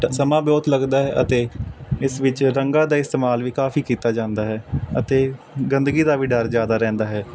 ਸਮਾਂ ਬਹੁਤ ਲੱਗਦਾ ਅਤੇ ਇਸ ਵਿੱਚ ਰੰਗਾਂ ਦਾ ਇਸਤੇਮਾਲ ਵੀ ਕਾਫੀ ਕੀਤਾ ਜਾਂਦਾ ਹੈ ਅਤੇ ਗੰਦਗੀ ਦਾ ਵੀ ਡਰ ਜ਼ਿਆਦਾ ਰਹਿੰਦਾ ਹੈ